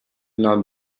not